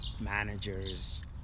managers